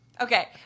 Okay